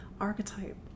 archetype